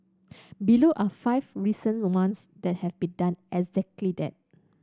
below are five recent ones that have been done exactly that